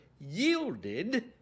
yielded